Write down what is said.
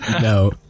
No